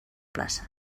plaça